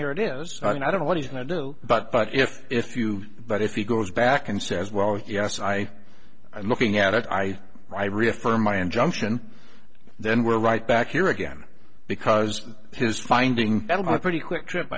here it is i mean i don't know what he's going to do but but if if you but if he goes back and says well with yes i i'm looking at it i reaffirm my injunction then we're right back here again because his finding a pretty quick trip